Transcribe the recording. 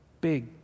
big